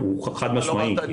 חד משמעית.